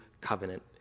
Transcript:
covenant